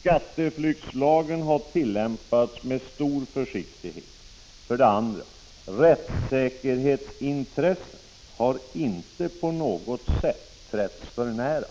Skatteflyktslagen har tillämpats med stor försiktighet. 2. Rättssäkerhetsintressen har inte på något sätt trätts för nära.